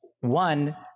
one